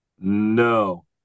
No